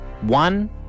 one